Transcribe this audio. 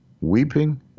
weeping